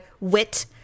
wit